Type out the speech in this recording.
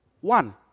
One